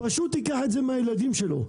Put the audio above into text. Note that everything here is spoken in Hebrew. פשוט ייקח את זה מהילדים שלו,